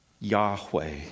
Yahweh